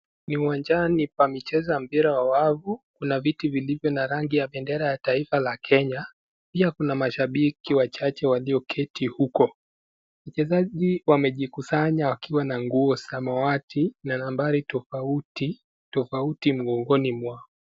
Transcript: Ni uwanjani pa michezo ya mpira wa wavu. Kuna viti vilivyo na rangi ya bendera ya taifa la Kenya. Pia kuna mashabiki wachache walioketi uko. Wachezaji wamejikusanya wakiwa na nguo samawati na nambari tofauti tofauti mgongoni mwao.